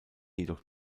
jedoch